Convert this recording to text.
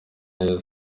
neza